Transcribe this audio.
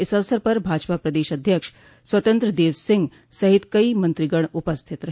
इस अवसर पर भाजपा प्रदेश अध्यक्ष स्वतंत्र देव सिंह सहित कई मंत्रिगण उपस्थित रहे